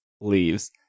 leaves